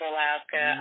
Alaska